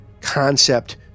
concept